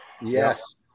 Yes